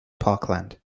parkland